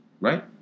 right